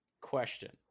question